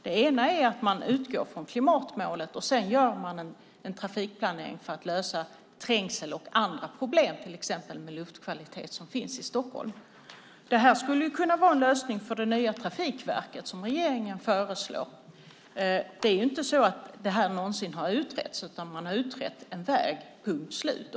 Det ena är att utgå från klimatmålet och sedan göra en trafikplanering för att lösa trängsel och andra problem, till exempel luftkvalitet, som finns i Stockholm. Det här skulle kunna vara en lösning för det ny Trafikverket som regeringen föreslår. Det är inte så att det här någonsin har utretts, utan man har utrett en väg, punkt slut.